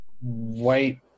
white